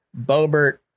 bobert